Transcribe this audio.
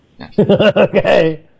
Okay